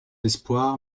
espoir